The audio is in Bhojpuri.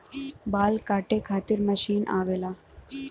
बाल काटे खातिर मशीन आवेला